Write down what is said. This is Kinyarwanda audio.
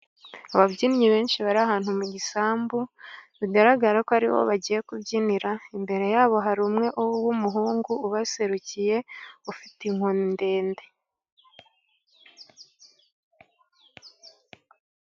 Ababyinnyi benshi bari ahantu mu gisambu bigaragara ko ari ho bagiye kubyinira, imbere yabo hari umwe w'umuhungu ubaserukiye ufite inkoni ndende.